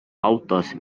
autos